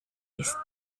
ist